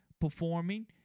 performing